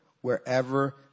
wherever